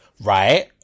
right